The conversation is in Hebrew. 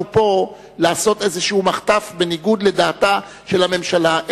פה לעשות איזשהו מחטף בניגוד לדעתה של הממשלה,